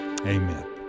Amen